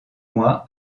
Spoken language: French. mois